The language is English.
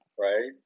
right